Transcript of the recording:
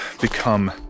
become